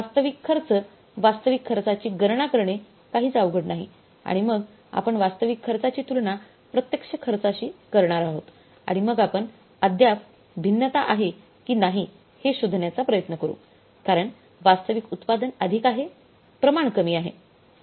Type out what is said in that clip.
वास्तविक खर्च वास्तविक खर्चाची गणना करणे काहीच अवघड नाही आणि मग आपण वास्तविक खर्चाची तुलना प्रत्यक्ष खर्चाशी करणार आहोत आणि मग आपण अद्याप भिन्नता आहे की नाही हे शोधण्याचा प्रयत्न करू कारण वास्तविक उत्पादन अधिक आहे प्रमाण कमी आहे